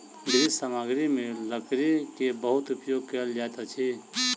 गृह सामग्री में लकड़ी के बहुत उपयोग कयल जाइत अछि